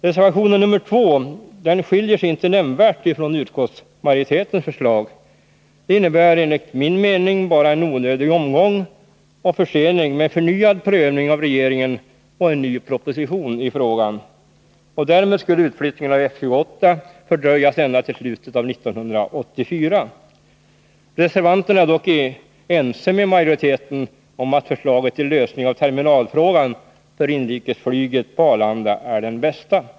Reservation 2 skiljer sig inte nämnvärt från utskottsmajoritetens förslag. Den innebär enligt min mening bara en onödig omgång och försening med förnyad prövning hos regeringen och en ny proposition i frågan. Därmed skulle flyttningen av F-28 fördröjas ända till slutet av 1984. Reservanterna är dock ense med majoriteten om att förslaget till lösning av terminalfrågan för inrikesflyget på Arlanda är det bästa.